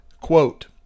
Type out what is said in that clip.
Quote